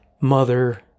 Mother